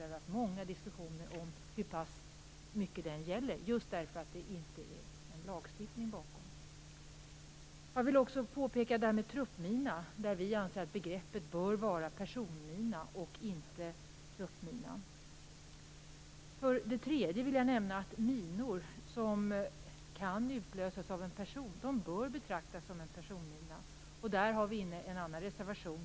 Vi har haft många diskussioner om i vilken grad den gäller, just därför att det inte finns någon lagstiftning bakom. Jag vill också påpeka att vi anser att begreppet truppmina bör vara personmina. Jag vill också nämna att minor som kan utlösas av en person bör betraktas som personminor. I den frågan har vi också en reservation.